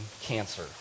cancer